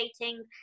dating